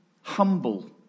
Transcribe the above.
humble